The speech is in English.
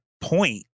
point